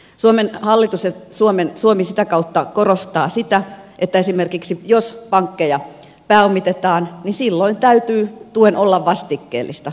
suomen hallitus ja suomi sitä kautta korostaa sitä että jos esimerkiksi pankkeja pääomitetaan niin silloin täytyy tuen olla vastikkeellista